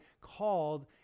called